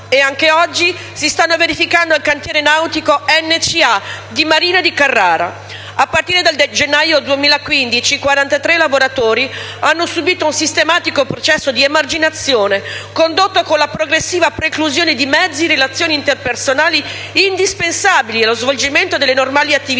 ancora oggi si sta verificando al cantiere nautico Nuovi cantieri Apuania (NCA) di Marina di Carrara. A partire dal gennaio del 2015, 43 lavoratori hanno subito un sistematico processo di emarginazione, condotto con la progressiva preclusione di mezzi e relazioni interpersonali, indispensabili allo svolgimento della normale attività